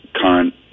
current